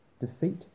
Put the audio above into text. defeat